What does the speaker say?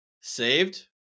saved